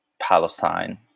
Palestine